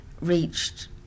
reached